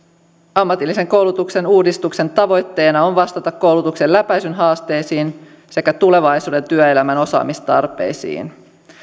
ammatillisen koulutuksen uudistuksen tavoitteena on vastata koulutuksen läpäisyn haasteisiin sekä tulevaisuuden työelämän osaamistarpeisiin